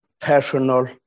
personal